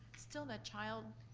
still that child,